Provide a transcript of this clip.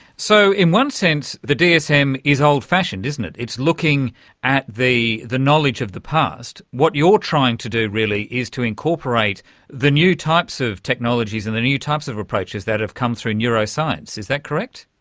so in one sense the dsm is old-fashioned, isn't it, it's looking at the the knowledge of the past. what you're trying to do really is to incorporate the new types of technologies and the new types of approaches that have come through neuroscience. is that correct?